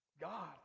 God